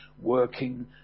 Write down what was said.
working